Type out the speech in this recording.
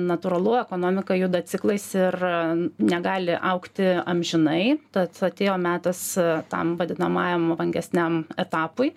natūralu ekonomika juda ciklais ir negali augti amžinai tad atėjo metas tam vadinamajam vangesniam etapui